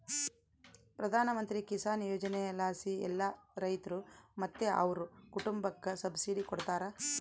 ಪ್ರಧಾನಮಂತ್ರಿ ಕಿಸಾನ್ ಯೋಜನೆಲಾಸಿ ಎಲ್ಲಾ ರೈತ್ರು ಮತ್ತೆ ಅವ್ರ್ ಕುಟುಂಬುಕ್ಕ ಸಬ್ಸಿಡಿ ಕೊಡ್ತಾರ